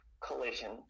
collision